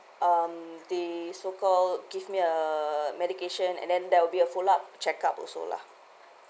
um they so called give me uh medication and then there will be a follow up check up also lah